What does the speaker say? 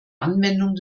anwendung